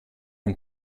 und